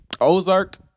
Ozark